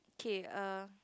K err